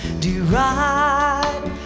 deride